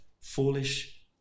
foolish